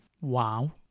Wow